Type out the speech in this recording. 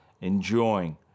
enjoying